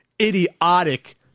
idiotic